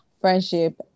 friendship